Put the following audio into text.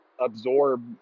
absorb